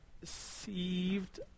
Received